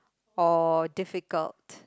or difficult